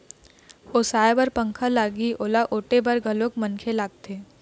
ओसाय बर पंखा लागही, ओला ओटे बर घलोक मनखे लागथे